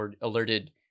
alerted